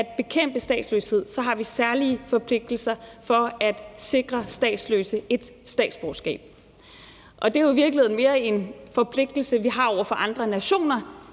at bekæmpe statsløshed, har vi særlige forpligtelser for at sikre statsløse et statsborgerskab, og det er jo i virkeligheden mere en forpligtelse, vi har over for andre nationer,